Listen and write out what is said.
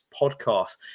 podcast